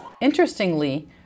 Interestingly